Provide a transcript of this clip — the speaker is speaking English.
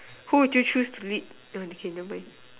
who would you choose to meet uh okay never mind